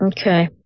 Okay